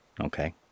Okay